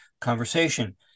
conversation